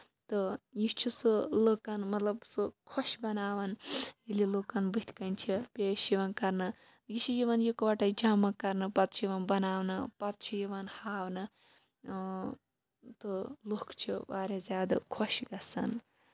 تہٕ یہِ چھُ سُہ لوٗکَن مطلب سُہ خۄش بَناوان ییٚلہِ لوٗکَن بٔتھۍ کَنۍ چھُ پیش یوان کرنہٕ یہِ چھُ یِوان یِکہٕ وَٹَے جمع کرنہٕ پَتہٕ چھُ یِوان بَناونہٕ پَتہٕ چھُ یِوان ہاونہٕ تہٕ لُکھ چھِ واریاہ زیادٕ خۄش گژھان